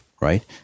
right